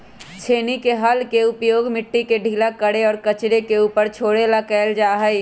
छेनी के हल के उपयोग मिट्टी के ढीला करे और कचरे के ऊपर छोड़े ला कइल जा हई